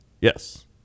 Yes